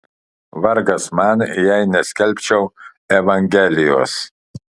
vargas man jei neskelbčiau evangelijos